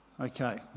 Okay